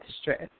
stress